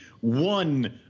one